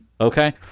Okay